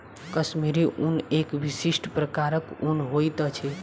कश्मीरी ऊन एक विशिष्ट प्रकारक ऊन होइत अछि